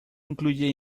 incluye